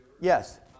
Yes